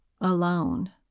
Alone